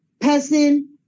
person